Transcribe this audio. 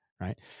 right